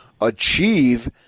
achieve